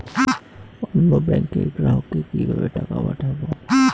অন্য ব্যাংকের গ্রাহককে কিভাবে টাকা পাঠাবো?